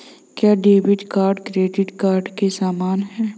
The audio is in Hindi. क्या डेबिट कार्ड क्रेडिट कार्ड के समान है?